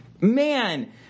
man